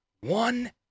one